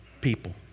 people